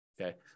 Okay